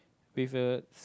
with a s~